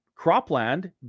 cropland